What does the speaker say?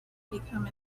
become